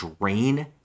drain